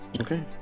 okay